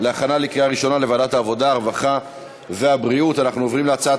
ההצעה להעביר את הצעת